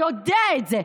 יודע את זה,